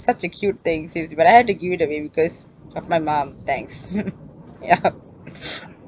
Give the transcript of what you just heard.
such a cute thing seriously but I had to give it away because of my mum thanks yup